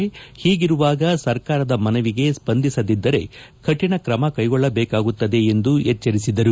ಒೕಗಿರುವಾಗ ಸರ್ಕಾರದ ಮನವಿಗೆ ಸ್ತಂದಿಸಿದ್ದರೆ ಕಾಣ ತ್ರಮ ಕೈಗೊಳ್ಳಬೇಕಾಗುತ್ತದೆ ಎಂದು ಎಚ್ಚರಿಸಿದರು